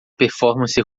performance